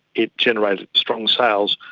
it generated strong sales,